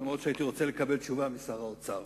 אף-על-פי שהייתי רוצה לקבל תשובה משר האוצר.